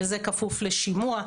וזה כפוף לשימוע,